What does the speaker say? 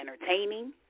entertaining